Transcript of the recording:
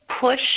push